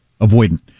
Avoidant